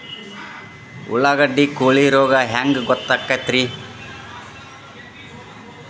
ಉಳ್ಳಾಗಡ್ಡಿ ಕೋಳಿ ರೋಗ ಹ್ಯಾಂಗ್ ಗೊತ್ತಕ್ಕೆತ್ರೇ?